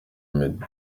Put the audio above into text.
meddy